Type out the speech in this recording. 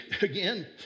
again